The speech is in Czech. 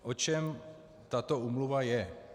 O čem tato úmluva je?